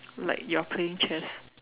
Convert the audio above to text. like you are playing chess